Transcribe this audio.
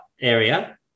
area